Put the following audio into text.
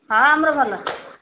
ହଁ ଆମର ଭଲ